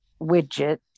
widget